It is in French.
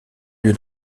lieu